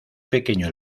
pequeño